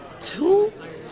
Two